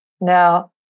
Now